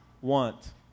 want